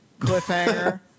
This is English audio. cliffhanger